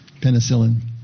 penicillin